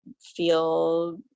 feel